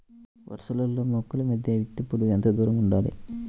వరసలలో మొక్కల మధ్య విత్తేప్పుడు ఎంతదూరం ఉండాలి?